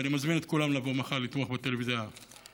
ואני מזמין את כולם לבוא מחר לתמוך בטלוויזיה החינוכית,